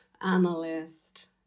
analyst